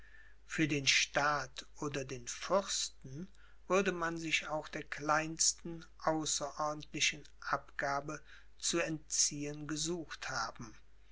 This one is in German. für den staat oder den fürsten würde man sich auch der kleinsten außerordentlichen abgabe zu entziehen gesucht haben